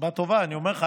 סיבה טובה, אני אומר לך.